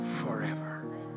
forever